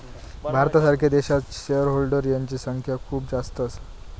भारतासारख्या देशात shareholder यांची संख्या खूप जास्त असा